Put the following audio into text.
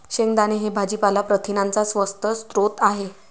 शेंगदाणे हे भाजीपाला प्रथिनांचा स्वस्त स्रोत आहे